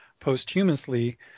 posthumously